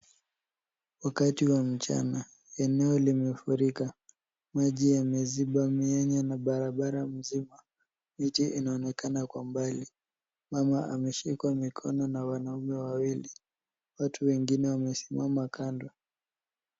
Wakati wa mchana. Eneo limefurika. Maji yameziba mianya na barabara mzima. Miti inaonekana kwa mbali. Mama ameshikwa mikono na wanaume wawili. Watu wengine wamesimama kando.